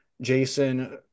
jason